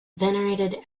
venerated